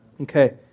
Okay